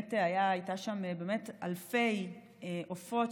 היו שם אלפי עופות,